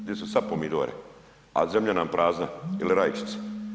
Gdje su sad pomidore, a zemlja nam prazna ili rajčica.